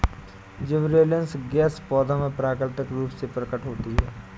gibberellins gas पौधों में प्राकृतिक रूप से प्रकट होती है